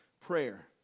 prayer